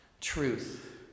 truth